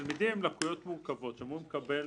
העניין של תלמידים עם לקויות מורכבות שאמורים לקבל